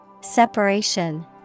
Separation